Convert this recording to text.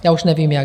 Já už nevím jak.